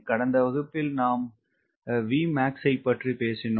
கடந்த வகுப்பில் நாம் Vmaxஐ பற்றி பேசினோம்